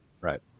right